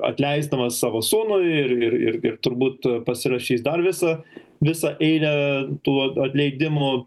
atleisdamas savo sūnų ir ir ir ir turbūt pasirašys dar visą visą eilę tų atleidimų